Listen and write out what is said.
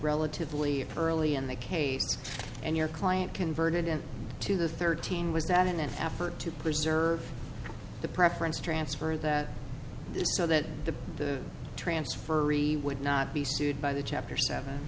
relatively early in the case and your client converted to the thirteen was that in an effort to preserve the preference transfer that so that the transfer would not be sued by the chapter seven